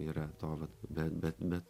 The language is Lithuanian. yra to vat be bet bet